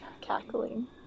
cackling